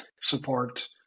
support